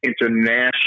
international